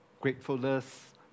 gratefulness